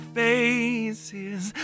faces